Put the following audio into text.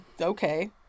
Okay